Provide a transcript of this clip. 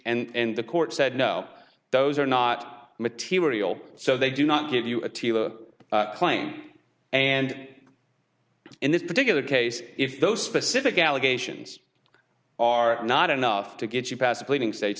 and the court said no those are not material so they do not give you a claim and in this particular case if those specific allegations are not enough to get you past pleading states